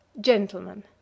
gentlemen